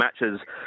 matches